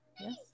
Yes